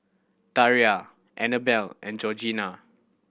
Tiara Annabelle and Georgina